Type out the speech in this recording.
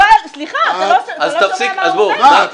לא, סליחה, אתה לא שומע מה הוא אומר.